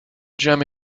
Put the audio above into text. gem